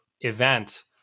event